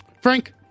Frank